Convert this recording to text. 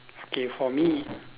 okay for me